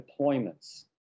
deployments